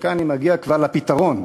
וכאן אני כבר מגיע לפתרון,